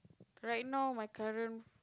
right now my current